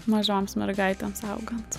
mažoms mergaitėms augant